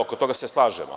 Oko toga se slažemo.